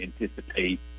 anticipate